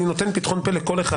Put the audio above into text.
אני נותן פתחון פה לכל אחד.